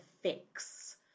fix